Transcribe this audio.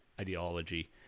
ideology